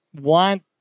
want